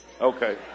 okay